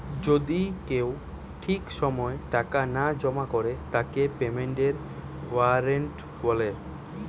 যদি কেউ ঠিক সময় টাকা না জমা করে তাকে পেমেন্টের ওয়ারেন্ট বলে